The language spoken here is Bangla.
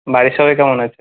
বাড়ির সবাই কেমন আছে